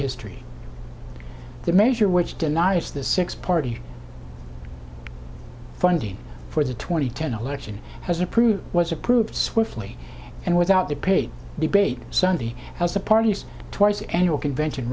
history the measure which denies the six party funding for the twenty ten election has approved was approved swiftly and without the paid debate sunday as the party's twice annual convention